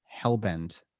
hellbent